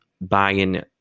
buying